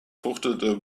fuchtelte